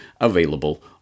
available